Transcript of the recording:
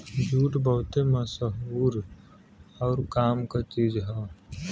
jute बहुते मसहूर आउर काम क चीज हौ